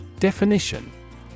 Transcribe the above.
Definition